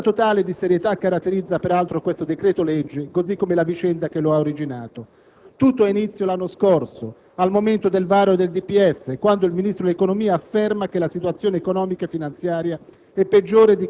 L'assenza totale di serietà caratterizza peraltro questo decreto-legge, così come la vicenda che lo ha originato. Tutto ha inizio lo scorso anno, al momento del varo del DPEF, quando il Ministro dell'economia e delle finanze affermò che la situazione economica e finanziaria